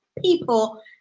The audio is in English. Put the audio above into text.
people